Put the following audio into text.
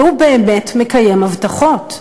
והוא באמת מקיים הבטחות.